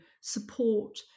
support